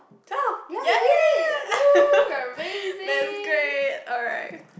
twelve ya that's great alright